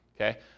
Okay